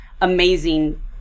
amazing